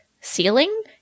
ceiling